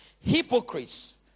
hypocrites